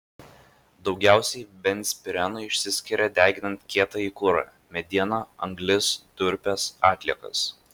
daugiausiai benzpireno išsiskiria deginant kietąjį kurą medieną anglis durpes atliekas